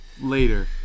later